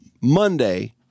Monday